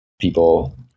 people